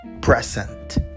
present